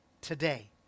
Today